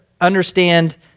understand